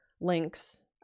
links